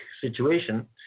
situation